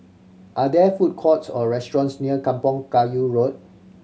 are there food courts or restaurants near Kampong Kayu Road